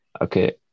Okay